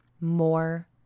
more